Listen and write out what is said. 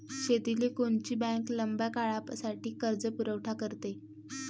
शेतीले कोनची बँक लंब्या काळासाठी कर्जपुरवठा करते?